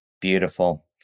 Beautiful